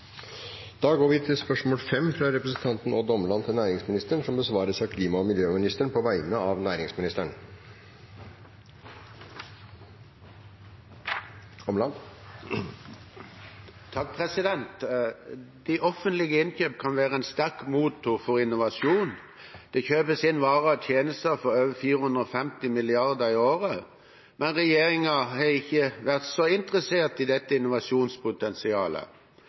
fra representanten Odd Omland til næringsministeren, vil bli besvart av klima- og miljøministeren på vegne av næringsministeren. «Det offentliges innkjøp kan være en sterk motor for innovasjon. Det kjøpes inn varer og tjenester for over 450 mrd. kroner i året. Men regjeringen har ikke vært så interessert i dette innovasjonspotensialet.